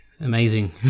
amazing